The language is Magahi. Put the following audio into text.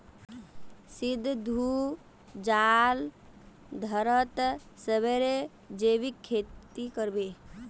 सिद्धू जालंधरत सेबेर जैविक खेती कर बे